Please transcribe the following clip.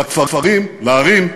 לכפרים, לערים.